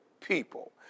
people